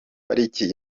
pariki